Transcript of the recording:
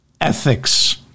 ethics